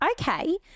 okay